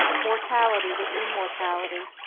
mortality with immortality,